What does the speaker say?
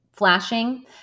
flashing